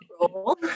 roll